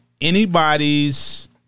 anybody's